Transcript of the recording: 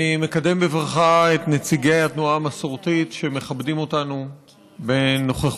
אני מקדם בברכה את נציגי התנועה המסורתית שמכבדים אותנו בנוכחותם,